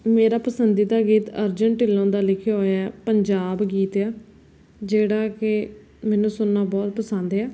ਮੇਰਾ ਪਸੰਦੀਦਾ ਗੀਤ ਅਰਜੁਨ ਢਿੱਲੋਂ ਦਾ ਲਿਖਿਆ ਹੋਇਆ ਪੰਜਾਬ ਗੀਤ ਆ ਜਿਹੜਾ ਕਿ ਮੈਨੂੰ ਸੁਣਨਾ ਬਹੁਤ ਪਸੰਦ ਆ